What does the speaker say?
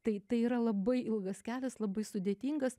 tai tai yra labai ilgas kelias labai sudėtingas